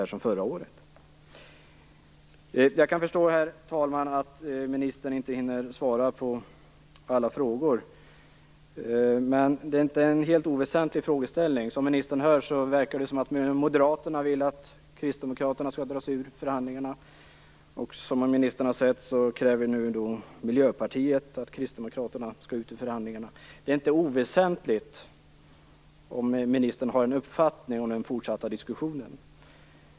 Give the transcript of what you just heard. Herr talman! Jag kan förstå att ministern inte hinner svara på alla frågor, men frågeställningen är inte helt oväsentlig. Som ministern själv hör verkar Moderaterna vilja att Kristdemokraterna drar sig ur förhandlingarna. Och som ministern har erfarit kräver nu Miljöpartiet att Kristdemokraterna skall ut ur förhandlingarna. Det är därför inte oväsentligt om ministern har en uppfattning om den fortsatta diskussionen.